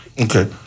okay